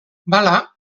bala